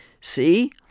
see